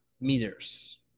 meters